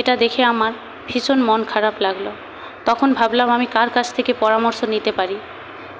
এটা দেখে আমার ভীষণ মন খারাপ লাগলো তখন ভাবলাম আমি কার কাছ থেকে পরামর্শ নিতে পারি